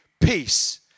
peace